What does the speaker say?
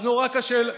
אז נורא קשה,